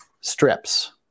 strips